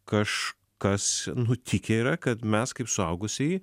kažkas nutikę yra kad mes kaip suaugusieji